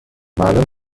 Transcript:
معلم